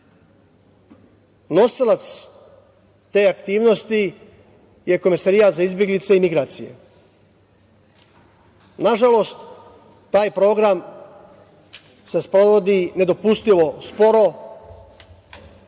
Nosilac te aktivnosti je Komesarijat za izbeglice i migracije. Nažalost, taj program se sprovodi nedopustivo sporo,